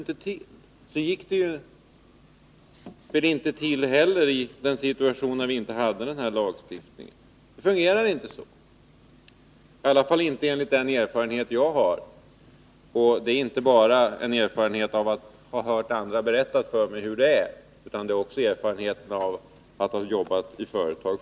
Och så gick de väl inte heller till i den situation då vi inte hade den här lagstiftningen. Det fungerar inte så, i alla fall inte enligt den erfarenhet jag har — och det är inte bara en erfarenhet som jag har fått av att ha hört andra berätta för mig hur det är, utan det är också en erfarenhet som jag har fått genom att själv ha jobbat i företag.